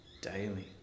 daily